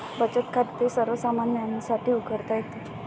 बचत खाते सर्वसामान्यांसाठी उघडता येते